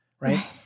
Right